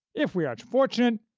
if we are fortunate,